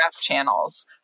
channels